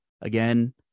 again